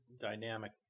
dynamic